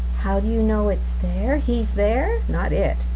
how do you know it's there? he's there, not it.